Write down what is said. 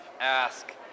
ask